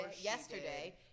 yesterday